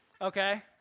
Okay